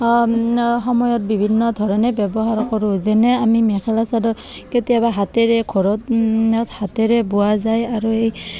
সময়ত বিভিন্ন ধৰণে ব্যৱহাৰ কৰোঁ যেনে আমি মেখেলা চাদৰ কেতিয়াবা হাতেৰে ঘৰত হাতেৰে বোৱা যায় আৰু এই